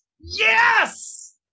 Yes